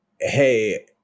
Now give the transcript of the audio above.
hey